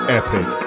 epic